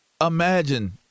imagine